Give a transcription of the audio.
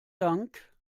dank